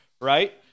right